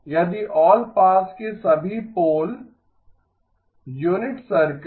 यदि all pass के सभी पोल यूनिट सर्कल